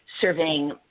surveying